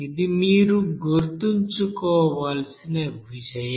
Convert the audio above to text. ఇది మీరు గుర్తుంచుకోవలసిన విషయం